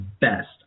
best